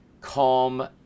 calm